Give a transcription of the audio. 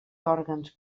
òrgans